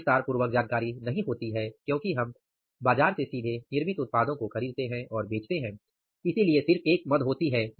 इतना विस्तार पूर्वक जानकारी नहीं होती है क्योंकि हम बाजार से सीधे निर्मित उत्पादों को खरीदने हैं और बेचते हैं इसलिए सिर्फ एक मद होती है